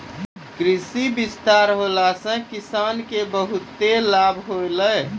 कृषि विस्तार होला से किसान के बहुते लाभ होलै